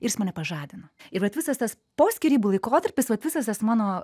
ir jis mane pažadino ir vat visas tas po skyrybų laikotarpis vat visas tas mano